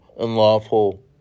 unlawful